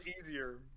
easier